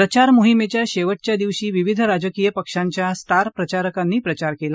प्रचार मोहिमेच्या शेवटच्या दिवशी विविध राजकीय पक्षांच्या स्टार प्रचारकांनी प्रचार केला